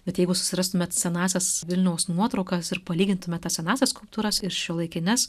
bet jeigu susirastumėt senąsias vilniaus nuotraukas ir palygintumėt tas senąsias skulptūras ir šiuolaikines